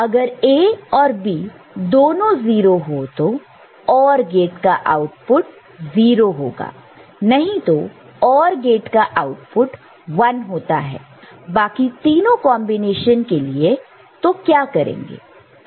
अगर A और B दोनों 0 हो तो OR गेट का आउटपुट 0 होगा नहीं तो OR गेट का आउटपुट 1 होता है बाकी तीनों कॉन्बिनेशन के लिए तो क्या करेंगे